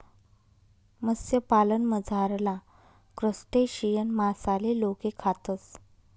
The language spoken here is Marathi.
मत्स्यपालनमझारला क्रस्टेशियन मासाले लोके खातस